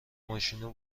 ماشینو